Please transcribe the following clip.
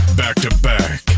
back-to-back